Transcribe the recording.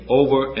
over